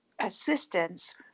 assistance